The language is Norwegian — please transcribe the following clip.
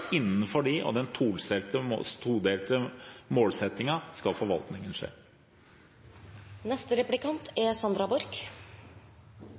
Innenfor dem og den todelte målsettingen skal forvaltningen